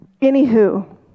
anywho